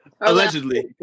Allegedly